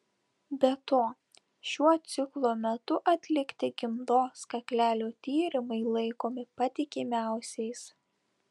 be to šiuo ciklo metu atlikti gimdos kaklelio tyrimai laikomi patikimiausiais